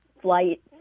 flight